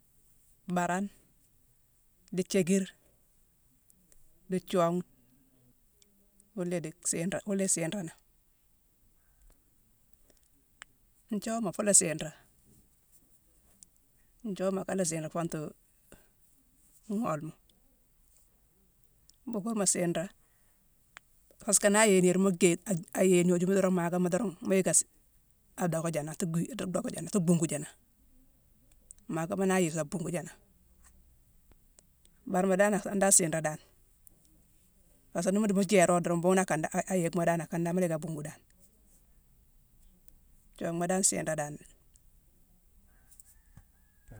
Baarane, di thiékir, di thiongh, wuna idi siiré, wuna isiiré nangh. Nthiuuwama funa siiré. Nthiuuwama akala siiré fontu ngolema. Buukeurma siiré, parsk naa ayeye niirma jéé-ad-ad-ayeye gnojuma dorong, maakama dorong, mu yicka sick, adocko jaanangh atu gwii-atu docka jaanangh-tu bhungu jaanangh. Maakama naa ayeye song, abungu jaanangh. Baarma dan akane dan siiré dan. Pask ni mu di mu jééro dorong, mbuughune akane dan-a-a-yick mo dan, akane dan mu la yick abungu dan. Thionghma dan siiré dan.